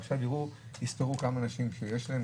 ועכשיו יספרו כמה אנשים שיש להם,